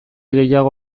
gehiago